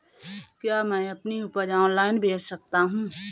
क्या मैं अपनी उपज ऑनलाइन बेच सकता हूँ?